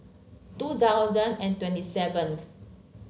two thousand and twenty seventh